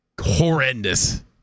horrendous